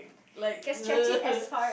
like